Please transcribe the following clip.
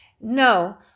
No